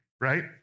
right